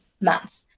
months